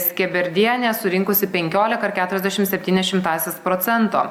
skeberdienė surinkusi penkiolikair keturiasdešimt septynias šimtąsias procento